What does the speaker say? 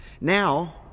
Now